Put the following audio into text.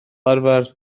arfer